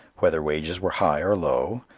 whether wages were high or low,